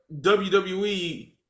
WWE